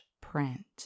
print